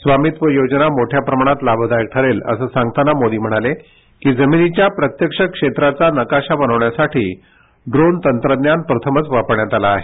स्वामित्व यो प्रमाणात लाभदायक उरेल असं सांगताना मोदी म्हणाले की जमिनीच्या प्रत्यक्ष केबाया नकारा बनवण्यासाठी डोन तंब्ञान प्रथमय वापरण्यात आलं आहे